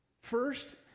First